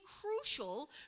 crucial